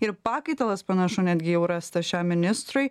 ir pakaitalas panašu netgi jau rasta šiam ministrui